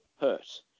hurt